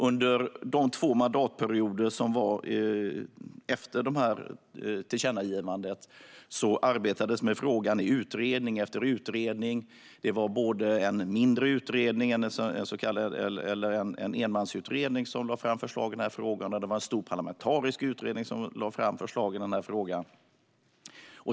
Under de två mandatperioderna efter detta tillkännagivande arbetades det med frågan i utredning efter utredning. Det var både en mindre utredning - en enmansutredning - som lade fram förslag i denna fråga och en stor parlamentarisk utredning som lade fram förslag i denna fråga.